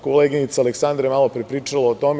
Koleginica Aleksandra je malopre pričala o tome.